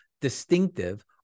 distinctive